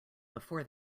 before